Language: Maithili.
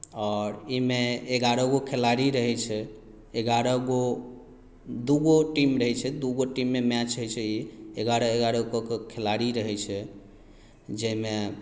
आओर ओहिमे एगारहगो खेलाड़ी रहैत छै एगारहगो दूगो टीम रहैत छै दूगो टीममे मैच होइत छै ई एगारह एगारह कऽ कऽ खेलाड़ी रहैत छै जाहिमे